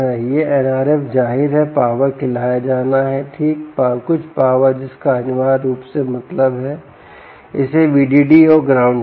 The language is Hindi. यह एनआरएफ जाहिर है पावर खिलाया जाना है ठीक कुछ पावर जिसका अनिवार्य रूप से मतलब है कि इसे VDD और ग्राउंड चाहिए